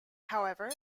however